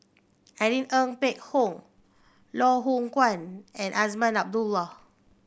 Irene Ng Phek Hoong Loh Hoong Kwan and Azman Abdullah